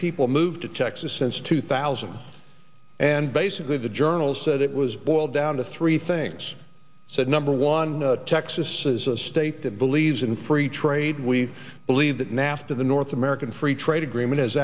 people move to texas since two thousand and basically the journal said it was boiled down to three things said number one texas is a state that believes in free trade we believe that nafta the north american free trade agreement